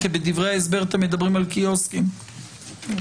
כי בדברי ההסבר אתם מדברים על קיוסקים, לא?